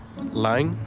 lying?